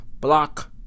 Block